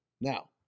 Now